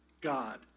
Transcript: God